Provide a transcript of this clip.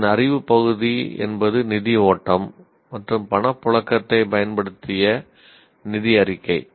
அதன் அறிவு பகுதி என்பது நிதி ஓட்டம் மற்றும் பணப்புழக்கத்தைப் பயன்படுத்திய நிதி அறிக்கை